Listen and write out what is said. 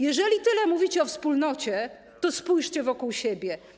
Jeżeli tyle mówicie o wspólnocie, to spójrzcie wokół siebie.